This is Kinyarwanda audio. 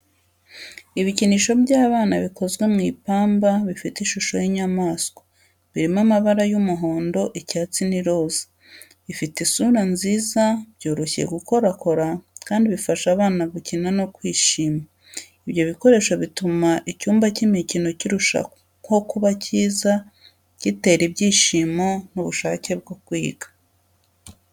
Ibikinisho by’abana bikozwe mu ipamba bifite ishusho y’inyamaswa, birimo amabara y’umuhondo, icyatsi n’iroza. Bifite isura nziza, byoroshye gukorakora kandi bifasha abana gukina no kwishima. Ibyo bikoresho bituma icyumba cy’imikino kirushaho kuba cyiza, gitera ibyishimo n’ubushake bwo kwiga.